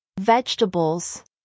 vegetables